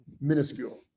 minuscule